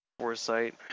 foresight